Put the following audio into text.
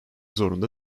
zorunda